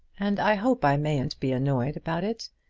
and i hope i mayn't be annoyed about it.